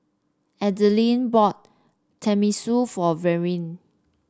Adilene bought Tenmusu for Verlyn